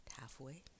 halfway